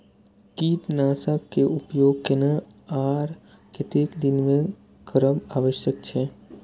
कीटनाशक के उपयोग केना आर कतेक दिन में करब आवश्यक छै?